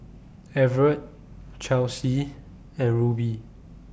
Evertt Chelsi and Rubie